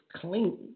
clean